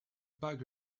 bug